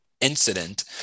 incident